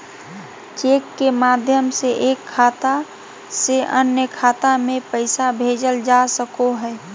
cheque के माध्यम से एक खाता से अन्य खाता में पैसा भेजल जा सको हय